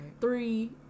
Three